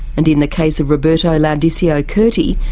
and in the case of roberto laudisio curti,